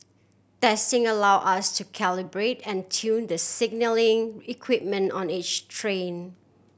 testing allow us to calibrate and tune the signalling equipment on each train